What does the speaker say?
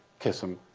kiss him,